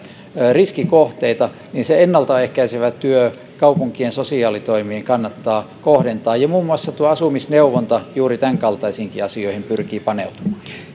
riskikohteita juuri näihin tilanteisiin se ennaltaehkäisevä työ kaupunkien sosiaalitoimien kannattaa kohdentaa muun muassa tuo asumisneuvonta juuri tämänkaltaisiinkin asioihin pyrkii paneutumaan